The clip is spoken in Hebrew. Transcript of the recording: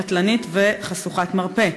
קטלנית וחשוכת מרפא.